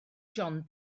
john